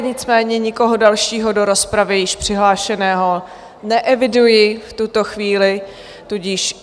Nicméně nikoho dalšího do rozpravy již přihlášeného neeviduji v tuto chvíli, tudíž...